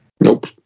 Nope